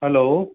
hello